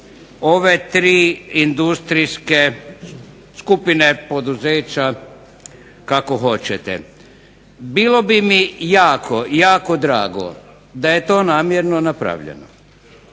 ove tri industrijske skupine poduzeća kako hoćete. Bilo bi mi jako drago da je to namjerno napravljeno,